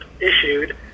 issued